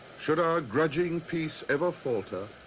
should our grudging peace ever falter,